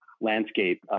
landscape